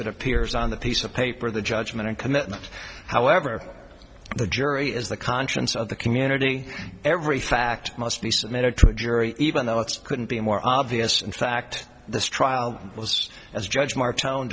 that appears on the piece of paper the judgment and commitment however the jury is the conscience of the community every fact must be submitted to a jury even though it's couldn't be more obvious in fact this trial was as a judge mar